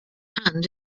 and